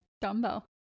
Dumbbell